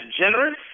generous